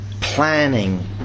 planning